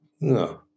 no